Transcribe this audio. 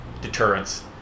deterrence